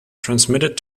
transmitted